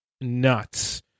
nuts